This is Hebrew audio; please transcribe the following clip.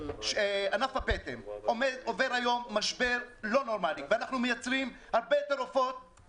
ענף הפטם עובר היום משבר לא נורמלי ואנחנו מייצרים הרבה יותר עופות